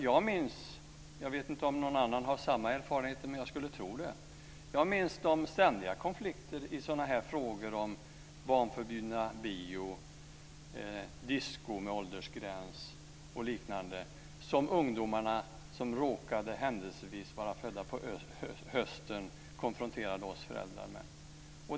Jag vet inte om någon annan har samma erfarenheter - men jag skulle tro det. Jag minns de ständiga konflikterna i frågor om barnförbjudna biofilmer och disco med åldersgräns och liknande som ungdomarna som råkade händelsevis vara födda på hösten konfronterade oss föräldrar med.